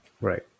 Right